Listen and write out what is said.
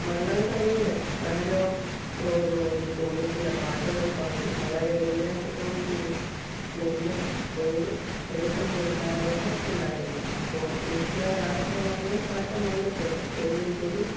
വള്ളം കളിയുടെ ആരവത്തോടുകൂടി തോന്നിക്കുന്ന പാട്ടുകൾ പാടി വളരെ ഉന്മേഷത്തോടുകൂടി നെല്ല് കൊയ്തെടുക്കുന്ന ഒരു കാലഘട്ടം ഉണ്ടായിരുന്നു ഇപ്പോൾ മിഷീനുകളായപ്പോൾ അതിന് മാറ്റം വന്നിട്ടുണ്ട് എങ്കിൽ കൂടി